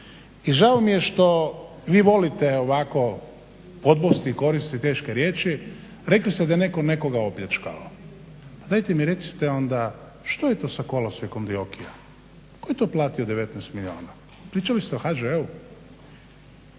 I žao mi je što vi volite ovako podbosti i koristiti teške riječi, rekli ste da je netko nekoga opljačkao. Pa dajte mi recite onda što je to sa kolosijekom Dioki-a tko je to plati 19 milijuna? Pričali ste o HŽ-u?